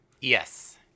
Yes